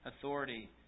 authority